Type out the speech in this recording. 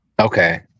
Okay